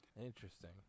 Interesting